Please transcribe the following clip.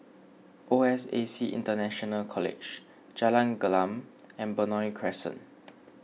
O S A C International College Jalan Gelam and Benoi Crescent